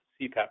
CPAP